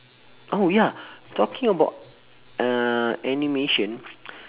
oh ya talking about uh animation